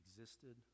existed